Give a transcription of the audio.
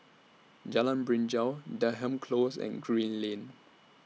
Jalan Binjai Denham Close and Green Lane